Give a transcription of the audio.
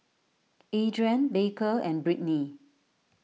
Adriene Baker and Brittni